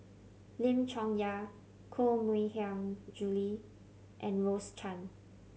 Lim Chong Yah Koh Mui Hiang Julie and Rose Chan